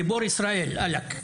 גיבור ישראל, עאלק.